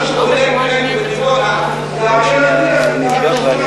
מי שבונה בדימונה זה אריאל אטיאס,